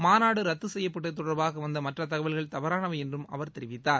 மாநாடு ரத்து செய்யப்பட்டது தொடர்பாக வந்த மற்ற தகவல்கள் தவறானவை என்றும் அவர் தெரிவித்தார்